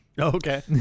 Okay